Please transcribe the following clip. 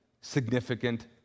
significant